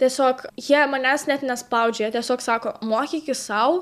tiesiog jie manęs net nespaudžia jie tiesiog sako mokykis sau